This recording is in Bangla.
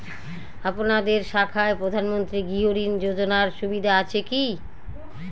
আপনাদের শাখায় প্রধানমন্ত্রী গৃহ ঋণ যোজনার সুবিধা আছে কি?